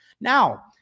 Now